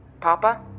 Papa